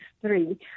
three